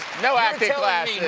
no acting classes.